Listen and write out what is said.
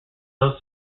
those